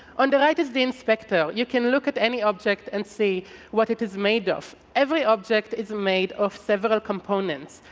on the right is the inspector. you can look at any object and see what it is made of of. every object is made of several components.